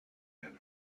and